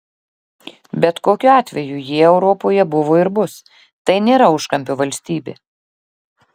bet kokiu atveju jie europoje buvo ir bus tai nėra užkampio valstybė